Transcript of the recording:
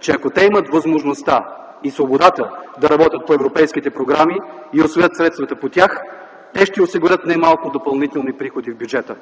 че ако те имат възможността и свободата да работят по европейските програми и усвоят средствата по тях, те ще осигурят немалко допълнителни приходи в бюджета.